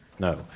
No